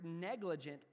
negligent